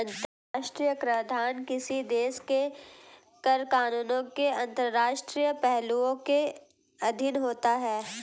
अंतर्राष्ट्रीय कराधान किसी देश के कर कानूनों के अंतर्राष्ट्रीय पहलुओं के अधीन होता है